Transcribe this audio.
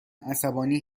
عصبانی